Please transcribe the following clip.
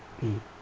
mm